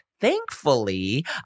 Thankfully